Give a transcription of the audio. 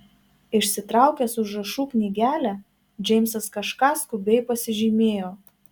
išsitraukęs užrašų knygelę džeimsas kažką skubiai pasižymėjo